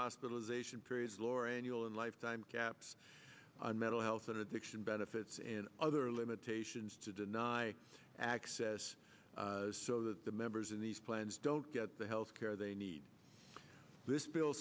hospitalization periods loran ulan lifetime caps on mental health and addiction benefits and other limitations to deny access so that the members in these plans don't get the health care they need this bill